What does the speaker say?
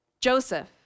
Joseph